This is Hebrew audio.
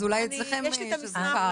אז אולי אצלכם יש פער.